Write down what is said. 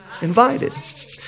invited